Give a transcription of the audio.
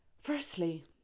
Firstly